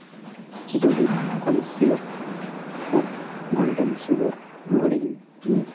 ᱫᱩᱨᱤᱵᱽ conscious food golden sugar ᱨᱩᱣᱟᱹᱲᱤᱧ ᱢᱮ